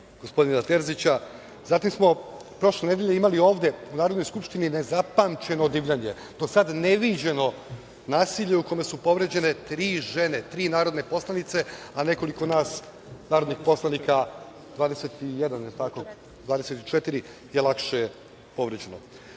gospodina Terzića. Zatim smo prošle nedelje imali ovde u Narodnoj skupštini nezapamćeno divljanje, do sada neviđeno nasilje, u kome su povređene tri žene, tri narodne poslanice, a nekoliko nas narodnih poslanika, 24 je lakše